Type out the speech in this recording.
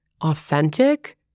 authentic